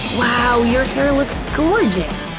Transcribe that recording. wow, your hair looks gorgeous!